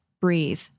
breathe